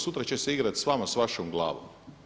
Sutra će se igrati s vama, s vašom glavom.